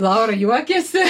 laura juokiasi